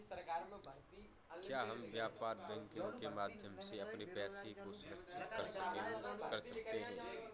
क्या हम व्यापार बैंकिंग के माध्यम से अपने पैसे को सुरक्षित कर सकते हैं?